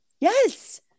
yes